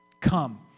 Come